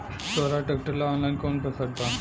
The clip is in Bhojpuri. सोहराज ट्रैक्टर ला ऑनलाइन कोउन वेबसाइट बा?